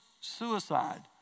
suicide